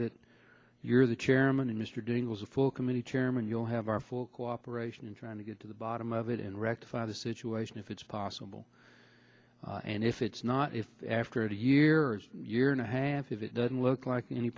that you're the chairman and mr doing was a full committee chairman you'll have our full cooperation in trying to get to the bottom of it and rectify the situation if it's possible and if it's not if after a year year and a half if it doesn't look like any